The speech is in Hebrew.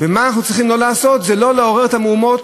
ומה שאנחנו צריכים לא לעשות זה לא לעורר את המהומות